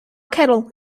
kettle